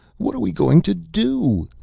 what are we going to do?